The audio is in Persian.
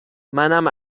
منم